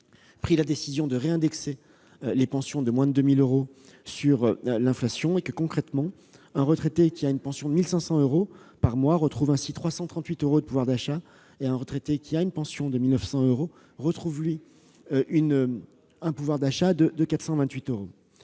pris la décision de réindexer les pensions de moins de 2 000 euros sur l'inflation. Concrètement, un retraité qui perçoit une pension de 1 500 euros par mois retrouve ainsi 338 euros de pouvoir d'achat ; un retraité qui perçoit une pension de 1 900 euros retrouve, lui, un pouvoir d'achat de 428 euros.